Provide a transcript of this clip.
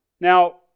Now